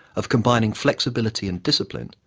of combining flexibility and discipline,